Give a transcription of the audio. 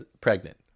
pregnant